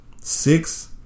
six